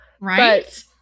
Right